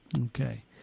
Okay